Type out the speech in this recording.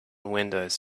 windows